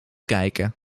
kijken